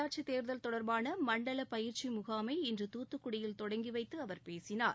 உள்ளாட்சி தேர்தல் தொடர்பான மண்டல பயிற்சி முகாமை இன்று தூத்துக்குடியில் தொடங்கி வைத்து அவர் பேசினார்